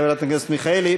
חברת הכנסת מיכאלי.